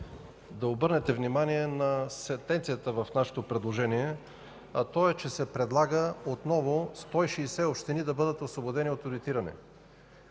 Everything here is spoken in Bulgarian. да обърнете внимание на сентенцията в нашето предложение, а то е, че се предлага 160 общини да бъдат освободени от одитиране.